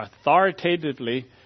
authoritatively